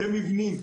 למבנים,